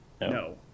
no